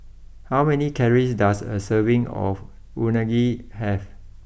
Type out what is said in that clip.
how many calories does a serving of Unagi have